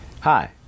Hi